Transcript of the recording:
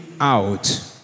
out